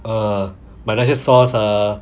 err but 那些 sauce ah